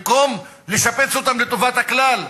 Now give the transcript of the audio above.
במקום לשפץ אותם לטובת הכלל,